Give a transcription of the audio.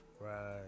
Right